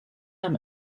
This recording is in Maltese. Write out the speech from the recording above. hemm